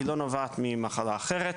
היא לא נובעת ממחלה אחרת.